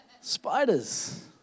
Spiders